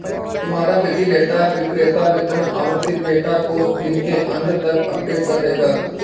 तुम्हारा वित्तीय डेटा विक्रेता वितरण आवृति डेटा को दिन के अंत तक अपडेट कर देगा